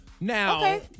Now